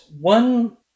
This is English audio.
one